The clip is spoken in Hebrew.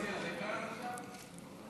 קואליציה,